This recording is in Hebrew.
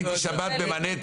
אני הייתי שבת במנהטן,